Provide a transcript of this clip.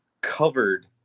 covered